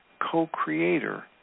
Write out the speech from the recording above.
co-creator